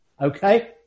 Okay